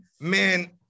man